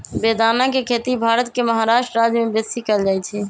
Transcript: बेदाना के खेती भारत के महाराष्ट्र राज्यमें बेशी कएल जाइ छइ